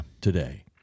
today